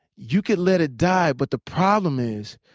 you could let it die but the problem is,